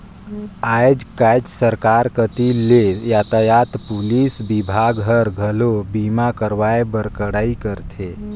आयज कायज सरकार कति ले यातयात पुलिस विभाग हर, घलो बीमा करवाए बर कड़ाई करथे